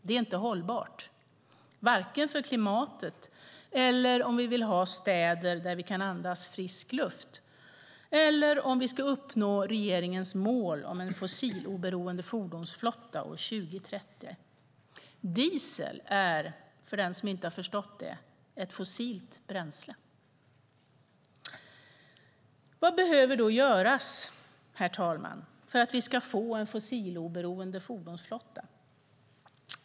Det är inte hållbart, varken för klimatet eller om vi vill ha städer där vi kan andas frisk luft eller om vi ska uppnå regeringens mål om en fossiloberoende fordonsflotta år 2030. Diesel är, om någon inte förstått det, ett fossilt bränsle. Vad behöver då göras, herr talman, för att vi ska få en fossiloberoende fordonsflotta?